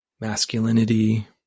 masculinity